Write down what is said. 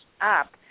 up